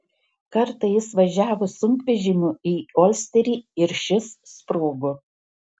kartą jis važiavo sunkvežimiu į olsterį ir šis sprogo